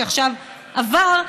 שעכשיו עבר,